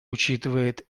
учитывает